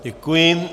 Děkuji.